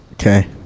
okay